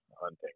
hunting